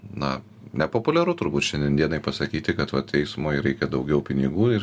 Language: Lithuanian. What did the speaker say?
na nepopuliaru turbūt šiandien dienai pasakyti kad va teismui reikia daugiau pinigų ir